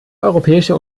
europäische